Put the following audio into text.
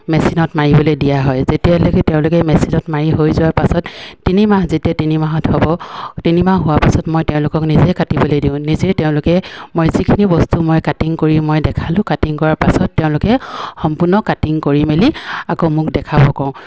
মেচিনত মাৰিবলে দিয়া হয় যেতিয়ালৈকে তেওঁলোকে মেচিনত মাৰি হৈ যোৱাৰ পাছত তিনিমাহ যেতিয়া তিনিমাহত হ'ব তিনিমাহ হোৱাৰ পাছত মই তেওঁলোকক নিজে কাটিবলে দিওঁ নিজে তেওঁলোকে মই যিখিনি বস্তু মই কাটিং কৰি মই দেখালোঁ কাটিং কৰাৰ পাছত তেওঁলোকে সম্পূৰ্ণ কাটিং কৰি মেলি আকৌ মোক দেখাব কওঁ